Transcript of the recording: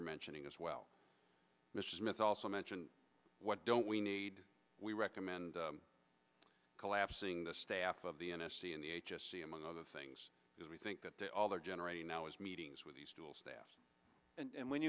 're mentioning as well mr smith also mentioned what don't we need we recommend collapsing the staff of the n s c in the h s c among other things because we think that they're all they're generating now is meetings with these tools staff and when